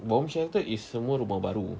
bomb shelter is semua rumah baru